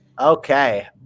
okay